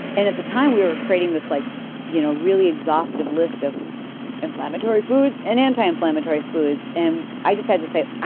and at the time we were creating this like you know really exhaustive list of inflammatory foods and anti-inflammatory foods. and i just had to say bulletproof